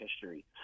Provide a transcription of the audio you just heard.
history